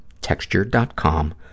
texture.com